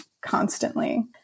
constantly